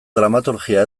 dramaturgia